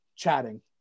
Chatting